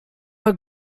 are